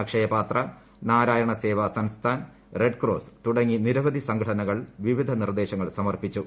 Akshaya Patra Narayan Seva Sansthan Red Cross തുടങ്ങി നിരവധി സംഘടനകൾ വിവിധ നിർദ്ദേശങ്ങൾ സമർപ്പിച്ചു